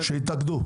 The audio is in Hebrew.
שיתאגדו.